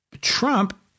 Trump